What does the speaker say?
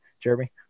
Jeremy